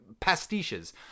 pastiches